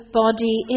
body